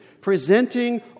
presenting